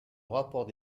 rapport